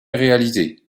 réalisé